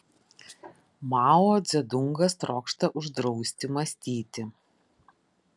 mao dzedungas trokšta uždrausti mąstyti